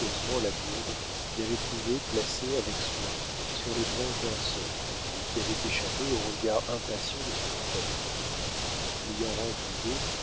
la gourde qu'il avait trouvée placée avec soin sur les branches d'un saule et qui avait échappé aux regards impatients de son compagnon l'ayant remplie d'eau